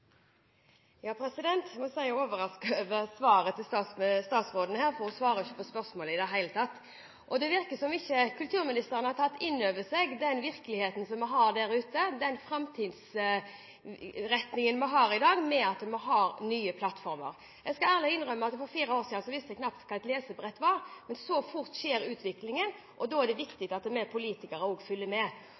over svaret til statsråden her, for hun svarer ikke på spørsmålet i det hele tatt. Det virker som om kulturministeren ikke har tatt inn over seg den virkeligheten vi har der ute – den framtidsretningen vi har i dag – det at vi har nye plattformer. Jeg skal ærlig innrømme at for fire år siden visste jeg knapt hva et lesebrett var. Så fort skjer utviklingen. Da er det viktig at også vi politikere følger med. Kulturministeren har altså ikke fulgt med